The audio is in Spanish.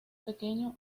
pequeño